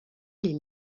les